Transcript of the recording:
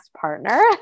partner